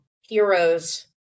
Heroes